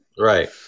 Right